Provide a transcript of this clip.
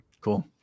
Cool